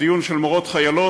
גם הדיון של מורות חיילות,